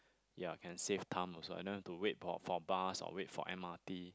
ya can save time also I don't want to wait for for bus or wait for M_R_T